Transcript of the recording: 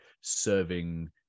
serving